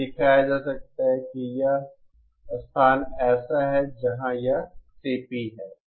यह दिखाया जा सकता है कि यह स्थान ऐसा है जहाँ यह CP है